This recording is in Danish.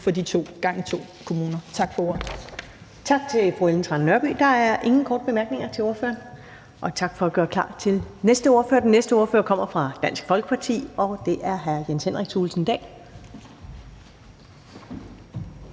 Første næstformand (Karen Ellemann): Tak til fru Ellen Trane Nørby. Der er ingen korte bemærkninger til ordføreren. Og tak for at gøre klar til den næste ordfører. Den næste ordfører kommer fra Dansk Folkeparti, og det er det hr. Jens Henrik Thulesen Dahl.